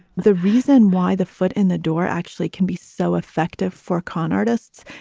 the reason why the foot in the door actually can be so effective for con artists.